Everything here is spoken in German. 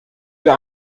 der